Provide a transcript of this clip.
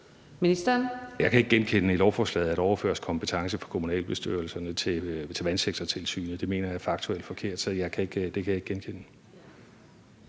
Jeg kan ikke genkende i lovforslaget, at der overføres kompetence fra kommunalbestyrelserne til Vandsektortilsynet. Det mener jeg er faktuelt forkert. Så det kan jeg ikke genkende.